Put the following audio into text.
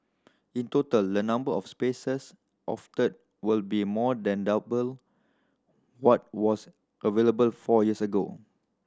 in total the number of spaces offered will be more than double what was available four years ago